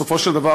בסופו של דבר,